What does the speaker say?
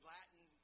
Latin